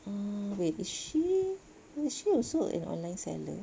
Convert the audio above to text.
mm wait is she is she also an online seller